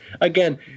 again